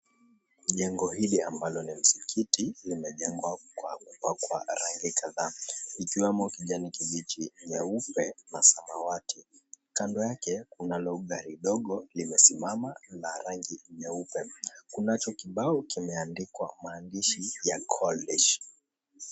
Jengo hili ambalo ni msikiti limejengwa kwa kupakwa rangi kadhaa ikiwemo kijanikibichi, nyeupe na samawati. Kando yake kunalo gari dogo limesimama la rangi nyeupe. Kunacho kibao kimeandikwa maandishi ya college .